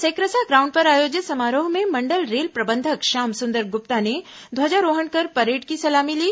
सेक्रसा ground पर आयोजित समारोह में मंडल रेल प्रबंधक श्याम सुंदर गुप्ता ने ध्वजारोहण कर परेड की सलामी ली